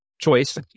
choice